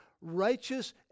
Righteous